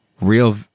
Real